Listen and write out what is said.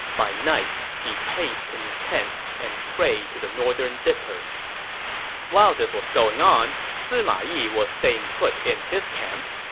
by night, he paced in his tent and prayed to the northern dipper while this was going on, sima yi was staying put in his camp.